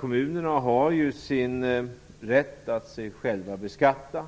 Kommunerna har ju sin grundlagsenliga rätt att sig själva beskatta